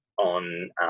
on